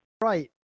Right